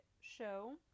show